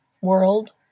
world